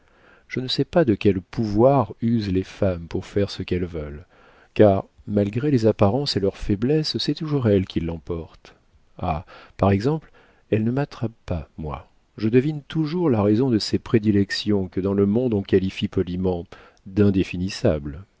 je ne sais pas de quel pouvoir usent les femmes pour faire ce qu'elles veulent car malgré les apparences et leur faiblesse c'est toujours elles qui l'emportent ah par exemple elles ne m'attrapent pas moi je devine toujours la raison de ces prédilections que dans le monde on qualifie poliment d'indéfinissables